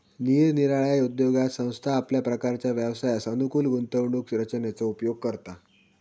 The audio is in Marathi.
निरनिराळ्या उद्योगात संस्था आपल्या प्रकारच्या व्यवसायास अनुकूल गुंतवणूक रचनेचो उपयोग करता